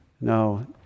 No